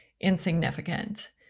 insignificant